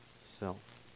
self